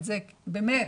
באמת,